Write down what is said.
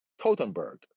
Totenberg